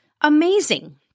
Amazing